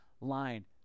line